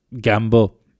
gamble